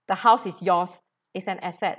the house is yours it's an asset